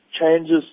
changes